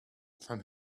from